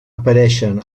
apareixen